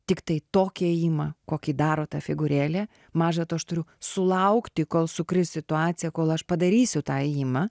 tiktai tokį ėjimą kokį daro ta figūrėlė maža to aš turiu sulaukti kol sukris situacija kol aš padarysiu tą ėjimą